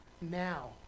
now